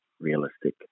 realistic